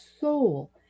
soul